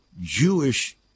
Jewish